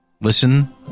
listen